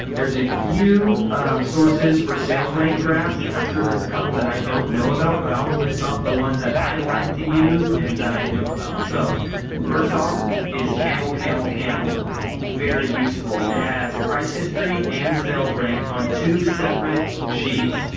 there's a few sources for sales rank graphs and i'm sure there's a couple that i don't know about but i will list off the ones that i like to use and that i know about. so first off is, camel camel camel very useful. it has price history and sales rank on two separate sheets.